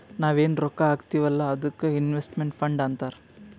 ನಾವ್ ಎನ್ ರೊಕ್ಕಾ ಹಾಕ್ತೀವ್ ಅಲ್ಲಾ ಅದ್ದುಕ್ ಇನ್ವೆಸ್ಟ್ಮೆಂಟ್ ಫಂಡ್ ಅಂತಾರ್